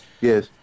Yes